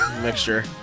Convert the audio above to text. Mixture